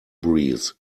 breeze